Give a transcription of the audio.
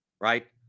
right